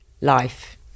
Life